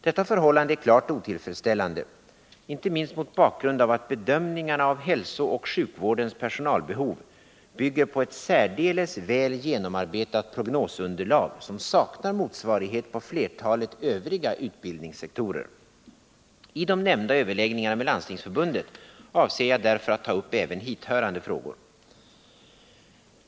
Detta förhållande är klart otillfredsställande, inte minst mot bakgrund av att bedömningarna av hälsooch sjukvårdens personalbehov bygger på ett särdeles väl genomarbetat prognosunderlag, som saknar motsvarighet på flertalet övriga utbildningssektorer. I de nämnda överläggningarna med Landstingsförbundet avser jag därför att ta upp även hithörande frågor.